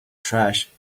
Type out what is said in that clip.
trash